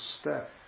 step